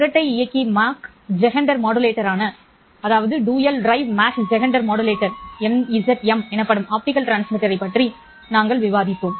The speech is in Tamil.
இரட்டை இயக்கி மாக் ஜெஹெண்டர் மாடுலேட்டரான MZM எனப்படும் ஆப்டிகல் டிரான்ஸ்மிட்டரைப் பற்றி நாங்கள் விவாதித்தோம்